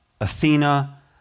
Athena